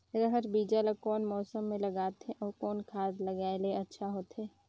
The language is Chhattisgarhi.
रहर बीजा ला कौन मौसम मे लगाथे अउ कौन खाद लगायेले अच्छा होथे?